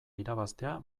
irabaztea